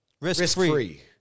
risk-free